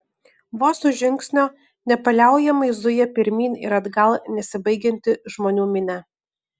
vos už žingsnio nepaliaujamai zuja pirmyn ir atgal nesibaigianti žmonių minia